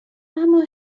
اما